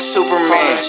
Superman